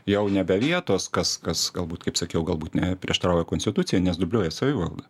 jau nebe vietos kas kas galbūt kaip sakiau galbūt ne prieštarauja konstitucijai nes dubliuoja savivaldą